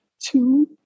Two